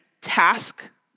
task